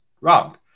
wrong